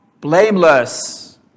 blameless